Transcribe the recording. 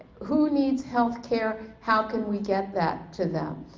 who needs health care, how can we get that to them.